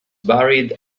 buried